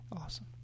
Awesome